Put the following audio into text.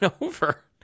over